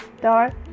dark